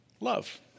love